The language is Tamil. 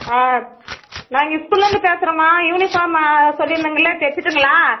ஆ நான் இங்கே ஸ்கூல்லேருந்து பேசுகிறேம்மா யூனிஃபார்ம் ஆ சொல்லியிருந்தேங்கல்ல தைச்சுட்டுங்களா